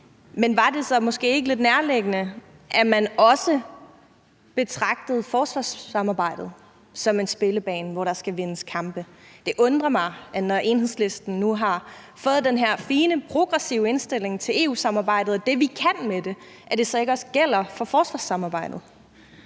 Men var det så måske ikke lidt nærliggende, at man også betragtede forsvarssamarbejdet som en spillebane, hvor der skal vindes kampe? Det undrer mig, når Enhedslisten nu har fået den her fine progressive indstilling til EU-samarbejdet og det, vi kan med det, at det så ikke også gælder for forsvarssamarbejdet.